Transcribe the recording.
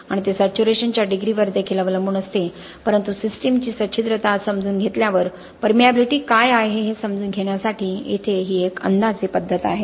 आणि ते सॅच्युरेशन च्या डिग्रीवर देखील बरेच अवलंबून असते परंतु सिस्टमची सच्छिद्रता समजून घेतल्यावर परमियाबीलिटी काय आहे हे समजून घेण्यासाठी येथे ही एक अंदाजे पद्धत आहे